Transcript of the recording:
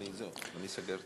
יציג את